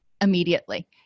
immediately